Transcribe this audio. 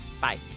Bye